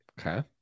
Okay